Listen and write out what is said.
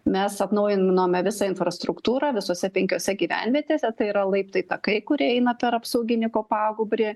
mes atnaujinome visą infrastruktūrą visose penkiose gyvenvietėse tai yra laiptai takai kurie eina per apsauginį kopagūbrį